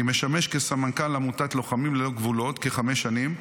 אני עובד כסמנכ"ל עמותת לוחמים ללא גבולות כחמש שנים.